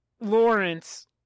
Lawrence